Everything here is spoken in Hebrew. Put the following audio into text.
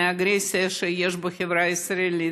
מהאגרסיה שיש בחברה הישראלית,